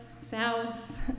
south